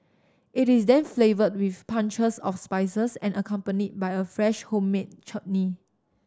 it is then flavoured with punches of spices and accompanied by a fresh homemade chutney